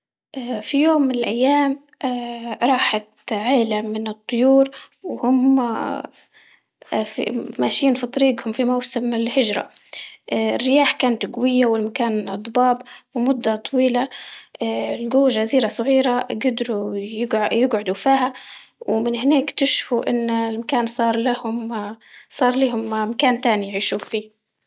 اه في يوم من الايام اه راحت عيلة من الطيور وهم اه في ماشيين في طريقهم في موسم الهجرة، اه الرياح كانت قوية والمكان ضباب ومدة طويلة، اه جزيرة صغيرة قدروا يقعدوا ومن هناك اكتشفوا ان المكان صار لهم آآ صار لهم مكان تاني يعيشوا فيه.